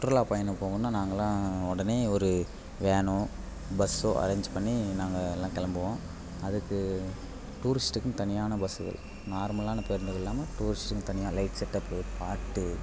சுற்றுலாப் பயணம் போகணுன்னால் நாங்கெல்லாம் உடனே ஒரு வேனோ பஸ்ஸோ அரேஞ்ச் பண்ணி நாங்கள் எல்லா கிளம்புவோம் அதுக்கு டூரிஸ்ட்டுக்குன்னு தனியான பஸ்ஸுகள் நார்மலான பேருந்துகள் இல்லாமல் டூரிஸ்ட்டுக்குன்னு தனியாக லைட் செட்டப்பு பாட்டு